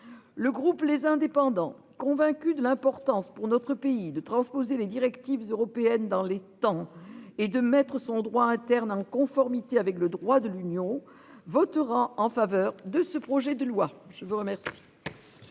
Le groupe les indépendants convaincu de l'importance pour notre pays de transposer les directives européennes dans les temps et de mettre son droit interne en conformité avec le droit de l'Union votera en faveur de ce projet de loi, je vous remercie.--